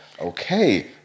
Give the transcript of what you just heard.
okay